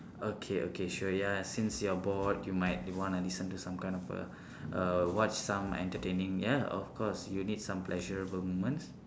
okay okay sure ya since you are bored you might want to listen to some kind err err watch some kind of entertaining ya of course you need some kind of pleasurable moment